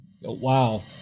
Wow